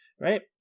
Right